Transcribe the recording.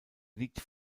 liegt